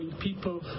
people